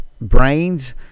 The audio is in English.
brains